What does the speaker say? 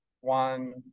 one